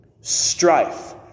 strife